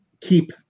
keep